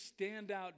standout